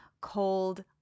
cold